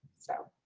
so